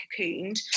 cocooned